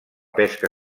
pesca